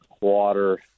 water